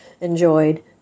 enjoyed